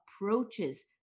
approaches